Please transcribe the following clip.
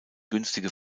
günstige